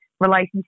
relationship